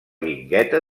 guingueta